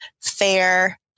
fair